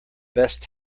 best